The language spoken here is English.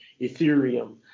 Ethereum